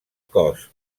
cos